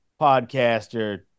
podcaster